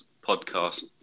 podcast